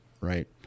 right